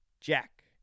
Jack